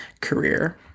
career